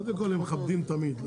קודם כל, הם מכבדים תמיד.